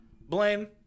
Blaine